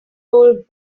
old